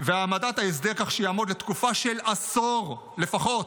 העמדת ההסדר כך שיעמוד לתקופה של עשור לפחות,